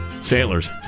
sailors